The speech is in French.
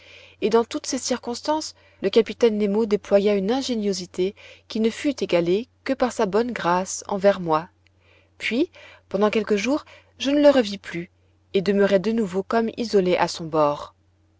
et dans toutes ces circonstances le capitaine nemo déploya une ingéniosité qui ne fut égalée que par sa bonne grâce envers moi puis pendant quelques jours je ne le revis plus et demeurai de nouveau comme isolé à son bord